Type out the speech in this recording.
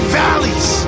valleys